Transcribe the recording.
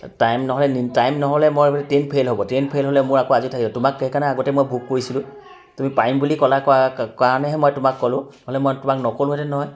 time নহয় নি time নহ'লে মই ট্ৰেইন ফেইল হ'ব ট্ৰেইন ফেইল হ'লে মোৰ আকৌ আজি থাকিব তোমাক সেইকাৰণে আগতে মই বুক কৰিছিলোঁ তুমি পাৰিম বুলি ক'লা কয় কাৰণেহে তোমাক ক'লোঁ নহ'লে মই তোমাক নক'লোহেঁতেন নহয়